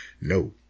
no